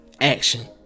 action